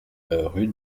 rue